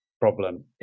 problem